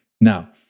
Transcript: Now